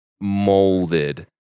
molded